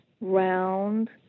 round